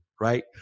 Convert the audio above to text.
right